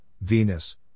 Venus